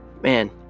Man